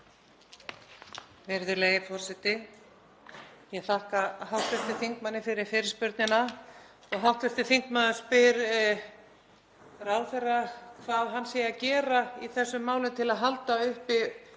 Virðulegi forseti. Ég þakka hv. þingmanni fyrir fyrirspurnina. Hv. þingmaður spyr ráðherra hvað hann sé að gera í þessum málum til að halda uppi